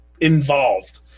involved